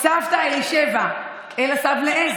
נאום בכורה,